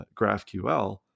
graphql